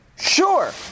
Sure